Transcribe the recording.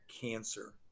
cancer